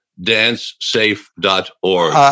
DanceSafe.org